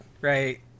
right